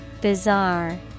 bizarre